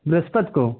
बृहस्पत को